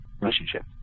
relationship